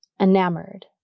enamored